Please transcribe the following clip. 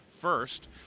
first